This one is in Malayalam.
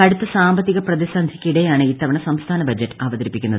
കടുത്ത സാമ്പത്തിക പ്രതിസന്ധിയ്ക്കിടെയാണ് ഇത്തവണ സംസ്ഥാന ബജറ്റ് അവതരിപ്പിക്കുന്നത്